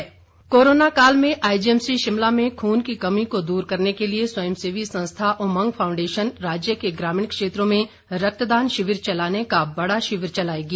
उमंग corona काल में IGMC Shimla में खून की कमी को दूर करने के लिए स्वयं सेवी संस्था उमंग फॉउडेशन राज्य के ग्रामीण क्षेत्रों में रक्तदान शिविर चलाने का बड़ा अभियान चलाएगी